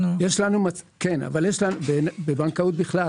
בבנקאות בכלל.